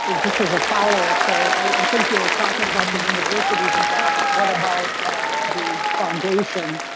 just as a follow up, though, i think you were talking about the university's endowment. what about um the foundation,